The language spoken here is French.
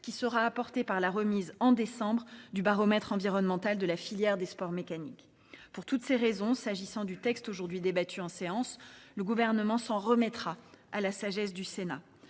qui sera apporté par la remise en décembre du baromètre environnemental de la filière des sports mécaniques. Pour toutes ces raisons, s'agissant du texte aujourd'hui débattu en séance, le gouvernement s'en remettra à la sagesse du Sénat.